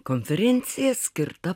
konferencija skirta